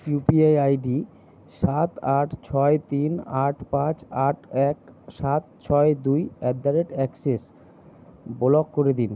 UPI ID সাত আট ছয় তিন আট পাঁচ আট এক সাত ছয় দুই at the rate access block করে দিন